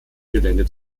gelände